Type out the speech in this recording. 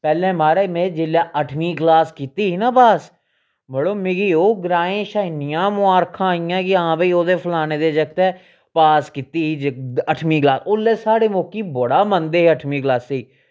पैह्लें महाराज में जेल्लै अठमीं क्लास कीती ही ना पास मड़ो मिगी ओह् ग्राएं शा इन्नियां मबारखां आइयां कि हां भाई फलाने दे जागतै पास कीती जे अठमीं क्लास ओल्लै साढ़ै मौकी बड़ा मन्नदे हे अठमीं क्लासा गी